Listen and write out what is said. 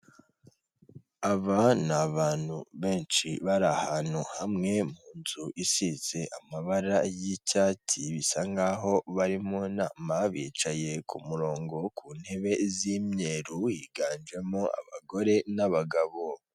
Aba ni abantu benshi bari ahantu hamwe mu nzu isize amabara y'icyatsi bisa nkaho bari mu nama bicaye ku murongo ku ntebe z'imyeru, higanjemo abagore n'abagabo.